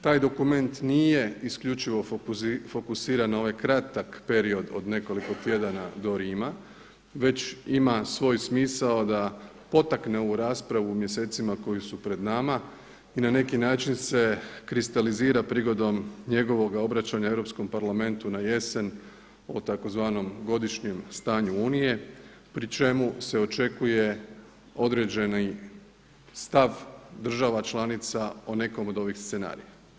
Taj dokument nije isključivo fokusiran na ovaj kratak period od nekoliko tjedana do Rima već ima svoj smisao sa potakne ovu raspravu u mjesecima koji su pred nama i na neki način se kristalizira prigodom njegovoga obraćanja Europskom parlamentu na jesen o tzv. godišnjem stanju Unije pri čemu se očekuje određeni stav država članica o nekom od ovih scenarija.